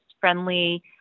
friendly